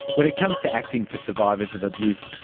when it comes to acting for survivors of abuse,